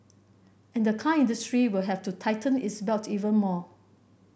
and the car industry will have to tighten its belt even more